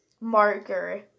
marker